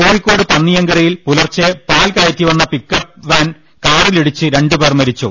കോഴിക്കോട് പന്നിയങ്കരയിൽ പുലർച്ചെ പാൽ കയറ്റി വന്ന പിക്ക് അപ്പ് വാൻ കാറിലിടിച്ച് രണ്ട് പേർ മരിച്ചു